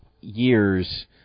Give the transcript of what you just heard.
years